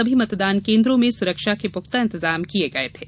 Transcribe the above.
सभी मतदान केन्द्रों में सुरक्षा के पुख्ता इंतजाम किए गए थे